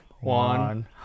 one